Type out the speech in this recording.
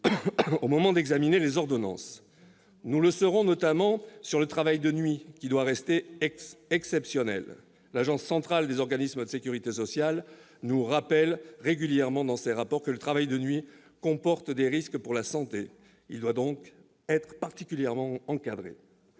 au moment d'examiner le contenu des ordonnances, s'agissant notamment du travail de nuit, qui doit rester exceptionnel. L'Agence centrale des organismes de sécurité sociale nous rappelle régulièrement, dans ses rapports, que le travail de nuit comporte des risques pour la santé. Il doit donc être particulièrement encadré.